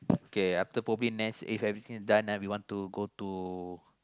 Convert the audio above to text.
okay after Bobby Nest if everything is done then we want to go to